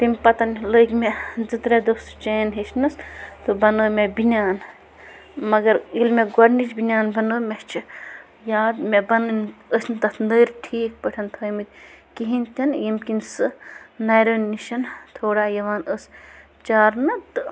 تمہِ پَتہٕ لٔگۍ مےٚ زٕ ترٛےٚ دۄہ سُہ چین ہیٚچھنَس تہٕ بَنٲو مےٚ بنیٛان مگر ییٚلہِ مےٚ گۄڈٕنِچ بنیٛان بَنٲو مےٚ چھِ یاد مےٚ ٲسۍ نہٕ تَتھ ٹھیٖک پٲٹھۍ تھٲوۍمٕتۍ کِہیٖنۍ تہِ نہٕ ییٚمہِ کِنۍ سُہ نَرٮ۪ن نِش تھوڑا یِوان ٲس چارنہٕ تہٕ